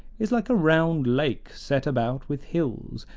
is like a round lake set about with hills,